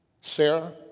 Sarah